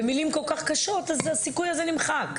במילים כל כך קשות גורמת לסיכוי הזה להימחק.